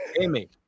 Amy